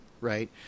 right